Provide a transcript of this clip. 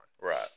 Right